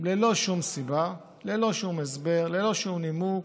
ללא שום סיבה, ללא שום הסבר, ללא שום נימוק.